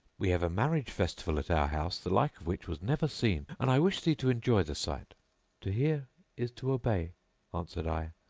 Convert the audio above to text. we have a marriage festival at our house the like of which was never seen and i wish thee to enjoy the sight to hear is to obey answered i,